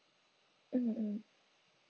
mm mm